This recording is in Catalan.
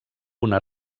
una